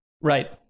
right